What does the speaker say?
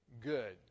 good